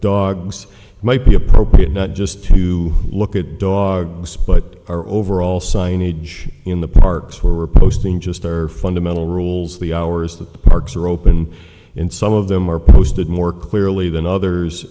dogs might be appropriate not just to look at dogs but our overall signage in the parks were posting just their fundamental rules the hours the parks are open and some of them are posted more clearly than others